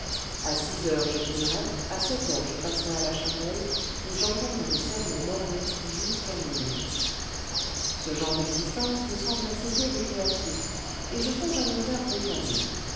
à six heures je dînerai à sept heures je passerai à la chapelle où j'entendrai des sermons mormons jusqu'à minuit ce ce genre d'existence me semble assez peu récréatif et je songe à me le vingtième siècle faire réclamer